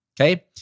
okay